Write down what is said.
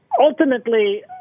Ultimately